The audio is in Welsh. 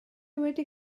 wedi